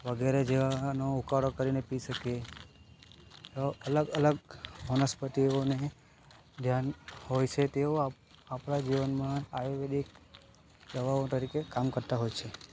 વગેરે જેવાનો ઉકાળો કરીને પી શકીએ તો અલગ અલગ વનસ્પતિઓને ધ્યાન હોય છે તેઓ આપણાં જીવનમાં આયુર્વેદિક દવાઓ તરીકે કામ કરતાં હોય છે